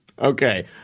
Okay